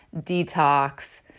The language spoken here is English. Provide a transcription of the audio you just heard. detox